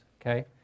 okay